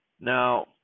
Now